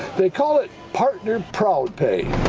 they call it partner propane.